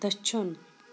دٔچھُن